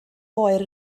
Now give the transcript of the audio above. oer